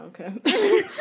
okay